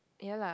ya lah